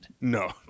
No